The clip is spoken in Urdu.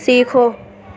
سیکھو